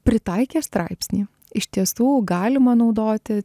pritaikė straipsnį iš tiestų galima naudoti